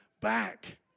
back